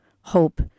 hope